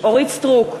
אורית סטרוק,